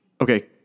okay